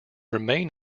remain